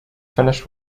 finished